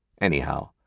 Anyhow